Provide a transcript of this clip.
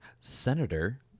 Senator